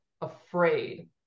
afraid